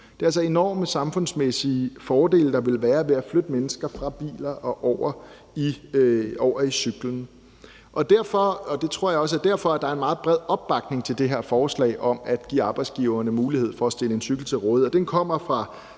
Det er altså enorme samfundsmæssige fordele, der vil være ved at flytte mennesker fra bilerne og over på cyklen. Det tror jeg også er derfor, der er en meget bred opbakning til det her forslag om at give arbejdsgiverne mulighed for at stille en cykel til rådighed, og den kommer fra